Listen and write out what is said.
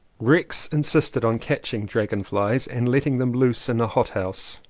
rex insisted on catching dragon-flies and letting them loose in a hot-house.